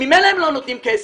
הרי ממילא הם לא נותנים כסף.